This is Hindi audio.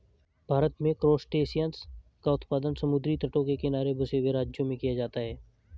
भारत में क्रासटेशियंस का उत्पादन समुद्री तटों के किनारे बसे हुए राज्यों में किया जाता है